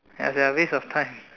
ya it's a waste of time